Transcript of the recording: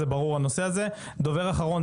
איגוד חברות הביטחון והסייבר בישראל.